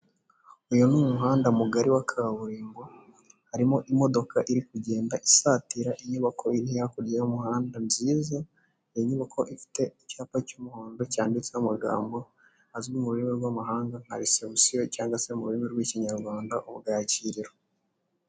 Uyu ni umuhanda mugari wa kaburimbo harimo imodoka iri kugenda isatira inyubako iri hakurya y'umuhanda nziza, iyo nyubako ifite icyapa cy'umuhondo cyanditseho amagambo azwi mu rurimi rw'amahanga nka resebusiyo cyangwag se mu rurimi rw'ikinyarwanda ubwakiriro.